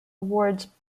wards